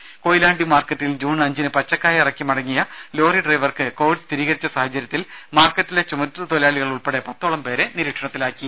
ദര കൊയിലാണ്ടി മാർക്കറ്റിൽ ജൂൺ അഞ്ചിന് പച്ചക്കായ ഇറക്കി മടങ്ങിയ ലോറി ഡ്രൈവർക്ക് കോവിഡ് സ്ഥിരീകരിച്ച സാഹചര്യത്തിൽ മാർക്കറ്റിലെ ചുമട്ട്തൊഴിലാളികൾ ഉൾപ്പടെ പത്തോളം പേരെ നിരീക്ഷണത്തിലാക്കി